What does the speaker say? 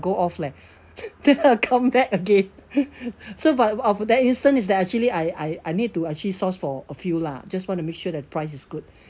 go off leh then I come back again so but of that instance is that actually I I I need to actually source for a few lah just want to make sure that the price's good